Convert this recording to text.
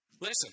Listen